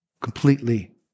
completely